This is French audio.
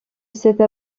cette